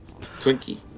Twinkie